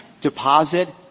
deposit